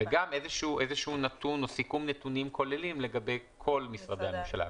וגם איזשהו סיכום נתונים כולל לגבי כל משרדי הממשלה.